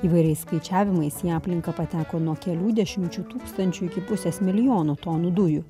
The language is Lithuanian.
įvairiais skaičiavimais į aplinką pateko nuo kelių dešimčių tūkstančių iki pusės milijono tonų dujų